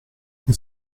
che